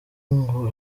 ngo